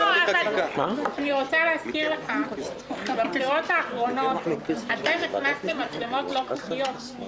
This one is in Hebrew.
אני רוצה להזכיר לך שבבחירות האחרונות אתם הכנסתם מצלמות לא חוקיות.